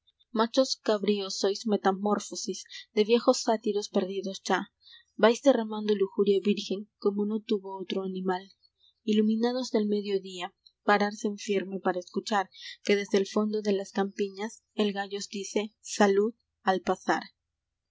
machos cabríos sois metamorfosis de viejos sátiros perdidos ya vais derramando lujuria virgen como no tuvo otro animal iluminados del mediodía pararse en firme para escuchar que desde el fondo de las campiñas el gallo os dice salud al pasar